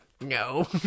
No